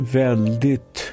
väldigt